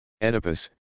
Oedipus